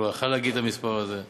גם לא יכול היה להגיד את המספר הזה.